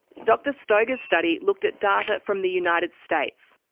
dr stoeger's study looked at data from the united states.